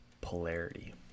polarity